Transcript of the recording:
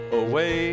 away